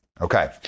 Okay